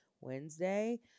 Wednesday